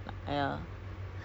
I get what you mean